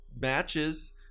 matches